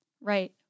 Right